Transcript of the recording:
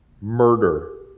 murder